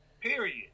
period